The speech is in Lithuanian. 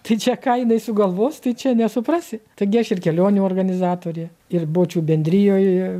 tai čia ką jinai sugalvos tai čia nesuprasi taigi aš ir kelionių organizatorė ir bočių bendrijoj